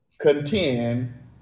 contend